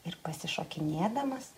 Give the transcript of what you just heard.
ir pasišokinėdamas